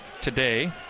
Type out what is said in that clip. today